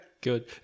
good